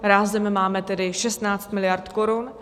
Rázem máme tedy 16 mld. korun.